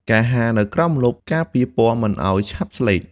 ការហាលនៅក្រោមម្លប់ការពារពណ៌មិនឱ្យឆាប់ស្លេក។